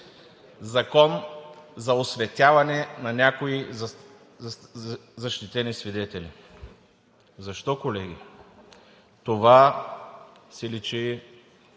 „Закон за осветяване на някои защитени свидетели“. Защо, колеги? Това си личи